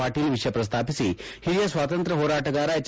ಪಾಟೀಲ್ ವಿಷಯ ಪ್ರಸ್ತಾಪಿಸಿ ಹಿರಿಯ ಸ್ವಾತಂತ್ರ್ಯ ಹೊರಾಟಗಾರ ಪೆಜ್